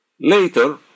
Later